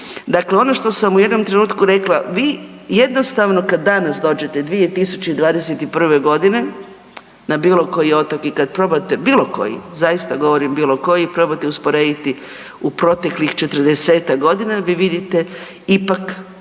Dakle, ono što sam u jednom trenutku rekla, vi jednostavno kad danas dođete 2021. godine na bilo koji otok i kad probate, bilo koji zaista govorim bilo koji i probate usporediti u proteklih 40-tak godina vi vidite ipak